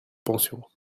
pensions